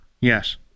Yes